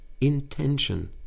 intention